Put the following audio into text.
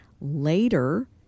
later